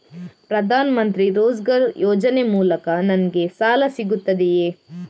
ಪ್ರದಾನ್ ಮಂತ್ರಿ ರೋಜ್ಗರ್ ಯೋಜನೆ ಮೂಲಕ ನನ್ಗೆ ಸಾಲ ಸಿಗುತ್ತದೆಯೇ?